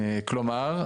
כלומר,